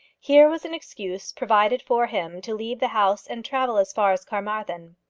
here was an excuse provided for him to leave the house and travel as far as carmarthen.